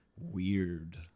weird